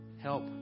help